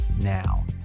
now